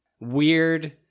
Weird